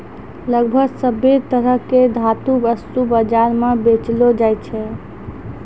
लगभग सभ्भे तरह के धातु वस्तु बाजार म बेचलो जाय छै